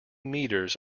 meters